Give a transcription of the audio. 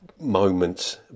moments